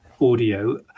audio